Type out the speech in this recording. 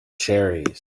cherries